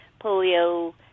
polio